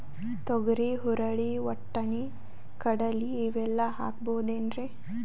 ತೊಗರಿ, ಹುರಳಿ, ವಟ್ಟಣಿ, ಕಡಲಿ ಇವೆಲ್ಲಾ ಹಾಕಬಹುದೇನ್ರಿ?